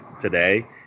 today